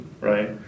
Right